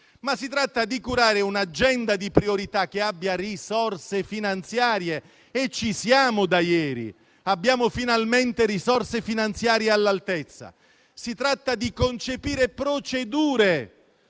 partito, ma di curare un'agenda di priorità che abbia risorse finanziarie e da ieri finalmente abbiamo risorse finanziarie all'altezza. Si tratta di concepire procedure.